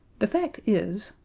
the fact is,